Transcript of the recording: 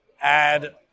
add